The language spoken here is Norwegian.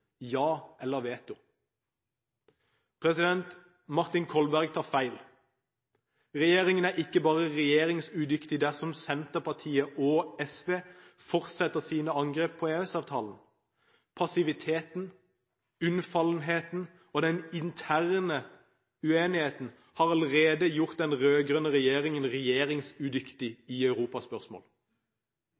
ja eller veto. Martin Kolberg tar feil. Regjeringen er ikke bare regjeringsudyktig dersom Senterpartiet og SV fortsetter sine angrep på EØS-avtalen. Passiviteten, unnfallenheten og den interne uenigheten har allerede gjort den rød-grønne regjeringen regjeringsudyktig i europaspørsmål.